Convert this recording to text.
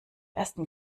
ersten